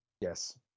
Yes